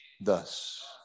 Thus